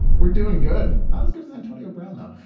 we're doing good. not as good as antonio brown though.